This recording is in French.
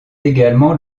également